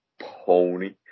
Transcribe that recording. pony